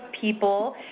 people